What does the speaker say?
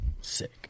Sick